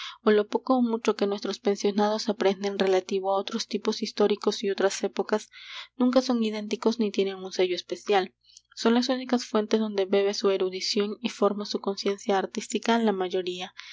ó lo poco ó mucho que nuestros pensionados aprenden relativo á otros tipos históricos y otras épocas nunca son idénticos ni tienen un sello especial son las únicas fuentes donde bebe su erudición y forma su conciencia artística la mayoría